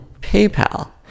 PayPal